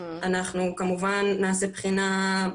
אנחנו כמובן נעשה בחינה,